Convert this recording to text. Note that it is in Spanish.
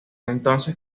entonces